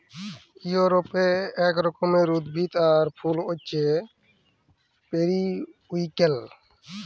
ইউরপে এক রকমের উদ্ভিদ আর ফুল হচ্যে পেরিউইঙ্কেল